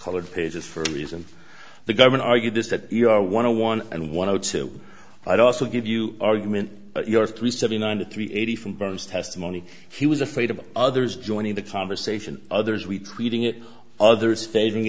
colored pages for a reason the government argued this that you are one of one and one or two i'd also give you argument your three seventy nine a three eighty from burns testimony he was afraid of others joining the conversation others retreating it others faking